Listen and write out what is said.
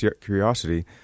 curiosity